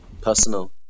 personal